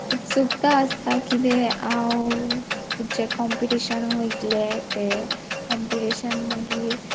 उत्सुकता आसता कितें हांव फुडचें कॉम्पिटिशना वयतलें तें कॉम्पिटिशन मागीर